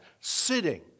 sitting